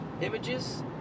images